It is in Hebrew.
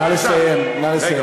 נא לסיים, נא לסיים.